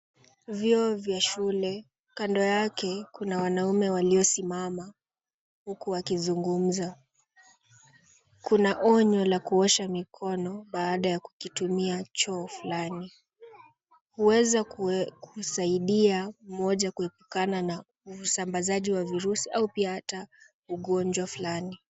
Vyoo vya shule, kando yake kuna wanaume waliosimama huku wakizungumza. Kuna onyo la kuosha mikono baada ya kukitumia choo fulani. Huweza kusaidia mmoja kuepukana na usambazaji wa virusi au pia hata ugonjwa fulani.